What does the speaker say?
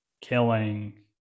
killing